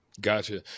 Gotcha